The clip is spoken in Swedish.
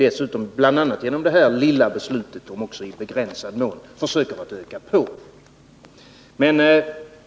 Genom bl.a. detta ”lilla” beslut försöker ni, om än i begränsad mån, utöka denna maktkoncentration.